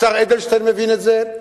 השר אדלשטיין מבין את זה,